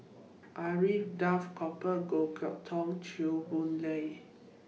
Alfred Duff Cooper Goh Chok Tong Chew Boon Lay E